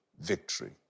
victory